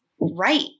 right